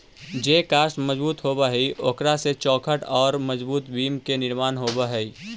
जे काष्ठ मजबूत होवऽ हई, ओकरा से चौखट औउर मजबूत बिम्ब के निर्माण होवऽ हई